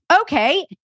okay